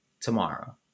tomorrow